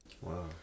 Wow